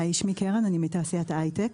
היי, שמי קרן, אני מתעשיית ההייטק.